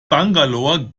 bangalore